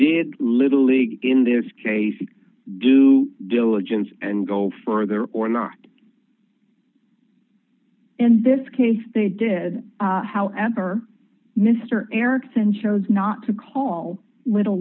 did little league in this case we do diligence and go further or not in this case they did however mr erickson chose not to call little